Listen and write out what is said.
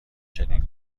چنین